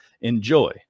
Enjoy